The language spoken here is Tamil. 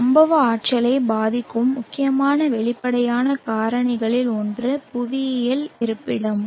சம்பவ ஆற்றலைப் பாதிக்கும் முக்கியமான வெளிப்படையான காரணிகளில் ஒன்று புவியியல் இருப்பிடம்